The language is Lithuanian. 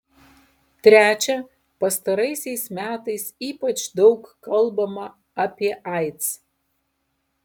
trečia pastaraisiais metais ypač daug kalbama apie aids